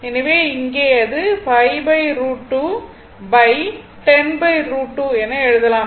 எனவே இங்கே இது 5√2 10√2 என எழுதலாம்